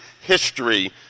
history